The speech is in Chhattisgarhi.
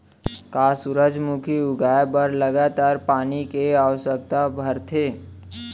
का सूरजमुखी उगाए बर लगातार पानी के आवश्यकता भरथे?